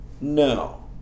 no